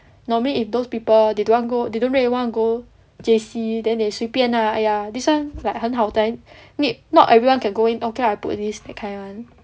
normally if those people they don't want go they don't really want to go J_C then they 随便 ah !aiya! this [one] like 很好 then need not everyone can go in okay I put this that kind [one]